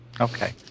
Okay